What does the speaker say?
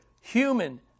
human